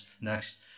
next